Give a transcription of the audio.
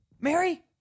Mary